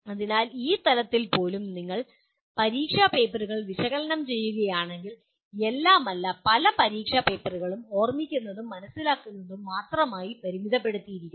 അതിനാൽ ഈ തലത്തിൽ പോലും നിങ്ങൾ പരീക്ഷാ പേപ്പറുകൾ വിശകലനം ചെയ്യുകയാണെങ്കിൽ എല്ലാം അല്ല പല പരീക്ഷാ പേപ്പറുകളും ഓർമ്മിക്കുന്നതിനും മനസ്സിലാക്കുന്നതിനും മാത്രമായി പരിമിതപ്പെടുത്തിയിരിക്കുന്നു